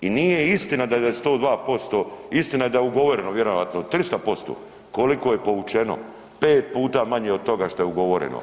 I nije istina da je 102% istina je da je ugovoreno vjerojatno 300% koliko je povučeno, pet puta manje od toga što je ugovoreno.